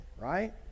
right